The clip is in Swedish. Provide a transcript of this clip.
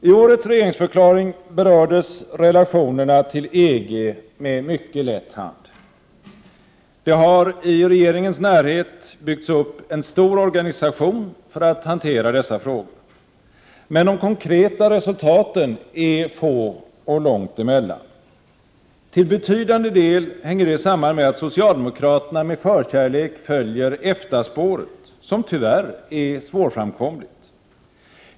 I årets regeringsförklaring berördes relationerna till EG med mycket lätt hand. Det har i regeringens närhet byggts upp en stor organisation för att hantera dessa frågor. Men de konkreta resultaten är få, och det är långt emellan dem. Till betydande del hänger det samman med att socialdemokraterna med förkärlek följer EFTA-spåret, som tyvärr är svårframkomligt.